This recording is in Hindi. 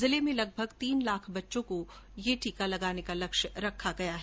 जिले मे लगभग तीन लाख बच्चो को यह टीका लगाने का लक्ष्य रखा गया है